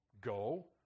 go